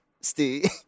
stay